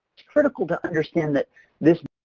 critical to understand that the